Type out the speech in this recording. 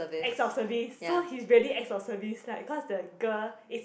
acts of service so he's really acts of services like because the girl is